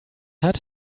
hat